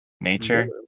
nature